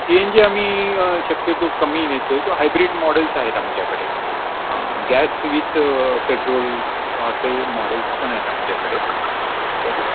C N G आम्ही शक्यतो कमी हे ठेवतो हायब्रिड मॉडेल्स आहेत आमच्याकडे गॅस विथ पेट्रोल असे मॉडेल्स पण आहेत आमच्याकडे तर